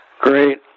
Great